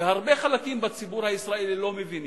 והרבה חלקים בציבור הישראלי לא מבינים,